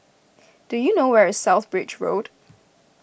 do you know where is South Bridge Road